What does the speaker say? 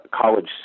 college